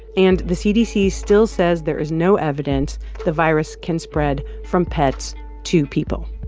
and the cdc still says there is no evidence the virus can spread from pets to people.